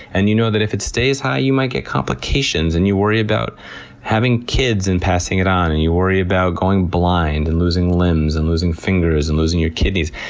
and you know that if it stays high you might get complications, and you worry about having kids and passing it on, and you worry about going blind, and losing limbs, and losing fingers, and losing your kidneys.